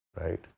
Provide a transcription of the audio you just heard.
right